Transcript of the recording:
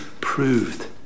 proved